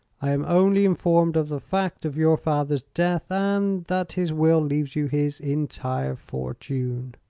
i am only informed of the fact of your father's death, and that his will leaves you his entire fortune.